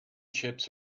chips